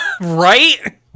Right